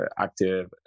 active